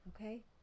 Okay